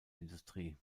industrie